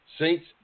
Saints